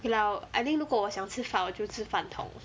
okay lah I think 如果我想吃饭我就吃饭桶